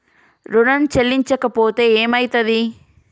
ఋణం చెల్లించకపోతే ఏమయితది?